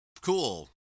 Cool